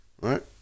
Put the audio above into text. right